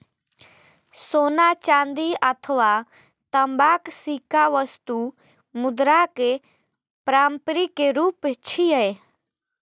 सोना, चांदी अथवा तांबाक सिक्का वस्तु मुद्राक पारंपरिक रूप छियै